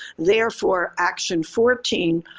therefore, action fourteen,